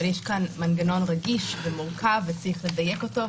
אבל יש כאן מנגנון רגיש ומורכב וצריך לדייק אותו,